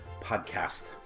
podcast